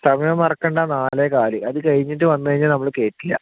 സമയം മറക്കണ്ട നാലേകാൽ അത് കഴിഞ്ഞിട്ട് വന്ന് കഴിഞ്ഞാൽ നമ്മൾ കയറ്റില്ല